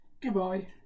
Goodbye